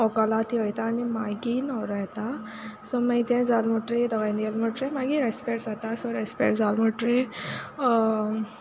व्होकोल आहा ती वोयता आनी मागी न्होवरो येता सो मागीर तें जाल मुटरी दोगांय गेल मुटरी मागीर रेस्पेर जाता सो रेस्पेर जाल मुटरी